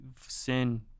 sin